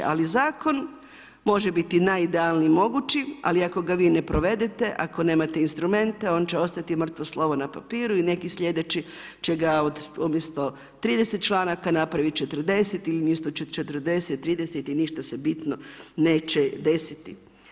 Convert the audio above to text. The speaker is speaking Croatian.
Ali zakon može biti najidealniji moguće ali ako ga vi ne provedete, ako nemate instrumente, on će ostati mrtvo slovo na papiru i neki slijedeći će ga umjesto 30 članaka napraviti 40 ili umjesto 40, 30 i ništa se bitno neće desiti.